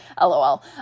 lol